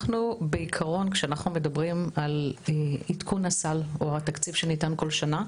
בעיקרון כשאנחנו מדברים על עדכון הסל או התקציב שניתן כל שנה,